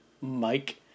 Mike